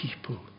people